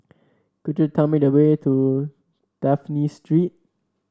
could you tell me the way to Dafne Street